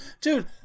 dude